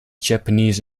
japanese